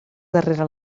darrere